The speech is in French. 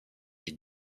est